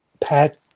Pat